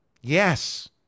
Yes